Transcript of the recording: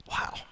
wow